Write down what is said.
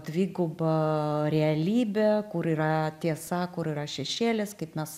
dvigubą realybę kur yra tiesa kur yra šešėlis kaip mes